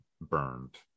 burned